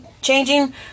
changing